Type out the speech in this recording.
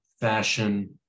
fashion